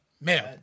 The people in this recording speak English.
Men